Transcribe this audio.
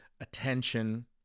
attention